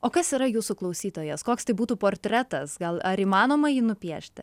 o kas yra jūsų klausytojas koks tai būtų portretas gal ar įmanoma jį nupiešti